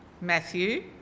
Matthew